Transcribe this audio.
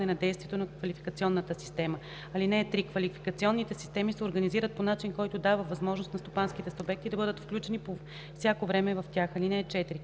на действието на квалификационната система. (3) Квалификационните системи се организират по начин, който дава възможност на стопанските субекти да бъдат включени по всяко време в тях. (4) Квалификационната